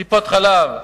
טיפות-חלב,